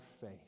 faith